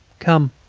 come,